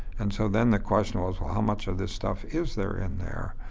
and so then the question was, well how much of the stuff is there in there?